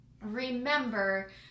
remember